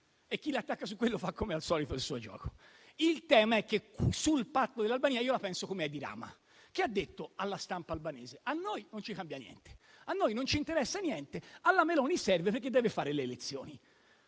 e chi la attacca su quello, come al solito, fa il suo gioco. Il tema è che sul Patto con l'Albania la penso come Edi Rama, che ha detto alla stampa albanese che a loro non cambia niente; a loro non interessa niente; alla Meloni serve, perché deve fare le elezioni.